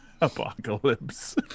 apocalypse